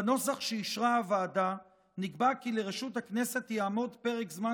בנוסח שאישרה הוועדה נקבע כי לרשות הכנסת יעמוד פרק זמן